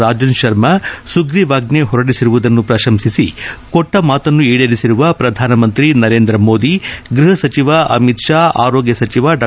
ರಾಜನ್ ಶರ್ಮ ಸುಗ್ರೀವಾಜ್ಞೆ ಹೊರಡಿಸಿರುವುದನ್ನು ಪ್ರಶಂಸಿಸಿ ಕೊಟ್ಟ ಮಾತನ್ನು ಈಡೇರಿಸಿರುವ ಪ್ರಧಾನಮಂತ್ರಿ ನರೇಂದ್ರ ಮೋದಿ ಗೃಹ ಸಚಿವ ಅಮಿತ್ ಶಾ ಆರೋಗ್ಲ ಸಚಿವ ಡಾ